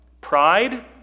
Pride